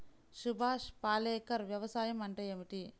సుభాష్ పాలేకర్ వ్యవసాయం అంటే ఏమిటీ?